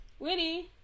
Winnie